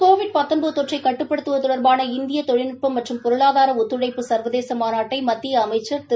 Covid கட்டுப்படுத்துவதுதொடர்பான இந்தியதொழில்நுட்பமற்றும் தொற்றைக் பொருளாதாரஒத்துழைப்பு சர்வதேசமாநாட்டைமத்தியஅமைச்சர் திரு